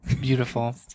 beautiful